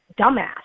dumbass